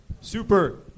Super